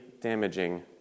damaging